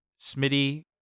smitty